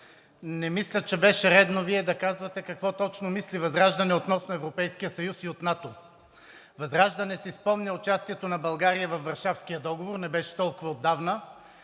Не мисля, че беше редно Вие да казвате какво точно мисли ВЪЗРАЖДАНЕ относно Европейския съюз и НАТО. ВЪЗРАЖДАНЕ си спомня участието на България във Варшавския договор – не беше толкова отдавана,